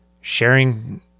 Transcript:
sharing